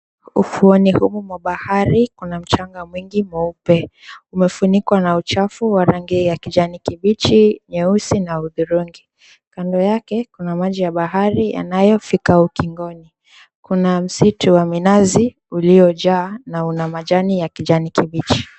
Ufuoni huku mwa bahari kuna mchanga mwingi mweupe umefunikwa na uchafu wa rangi ya kijani kibichi, nyeusi na hudhurungi. Kando yake kuna maji ya bahari unaofika ukingoni. Kuna misitu ya minazi uliojaa na una majani ya kijani kibichi.